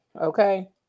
okay